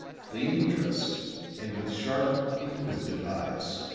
cleanly dressed and with sharp, inquisitive eyes.